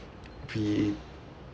we